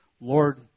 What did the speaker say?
Lord